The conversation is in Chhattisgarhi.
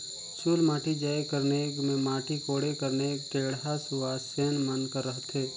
चुलमाटी जाए कर नेग मे माटी कोड़े कर नेग ढेढ़ा सुवासेन मन कर रहथे